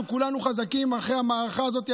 אנחנו כולנו חזקים אחרי המערכה הזאת,